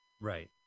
Right